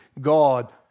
God